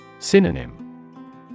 Synonym